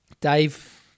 Dave